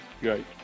Great